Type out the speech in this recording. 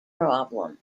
problem